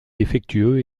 défectueux